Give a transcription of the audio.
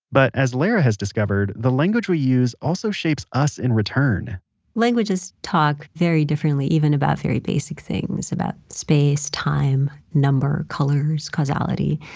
but, as lera has discovered, the language we use also shapes us in return languages talk very differently, even about very basic things, about space, time, number, colors, causality,